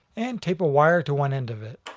and tape a wire to one end of it.